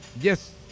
Yes